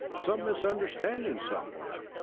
some misunderstanding somewhere.